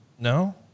no